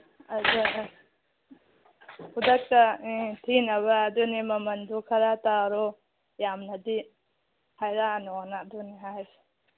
ꯑꯗ ꯈꯨꯗꯛꯇꯅꯤ ꯊꯤꯅꯕ ꯑꯗꯨꯅꯤ ꯃꯃꯜꯗꯣ ꯈꯔ ꯇꯥꯔꯣ ꯌꯥꯝꯅꯗꯤ ꯍꯥꯏꯔꯛꯑꯅꯣꯅ ꯑꯗꯨꯅꯤ ꯍꯥꯏꯁꯦ